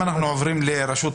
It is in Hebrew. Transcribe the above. אדוני היושב-ראש,